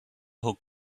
hook